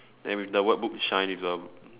then with the word boot shine with a